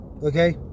okay